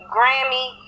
Grammy